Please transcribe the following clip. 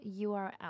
URL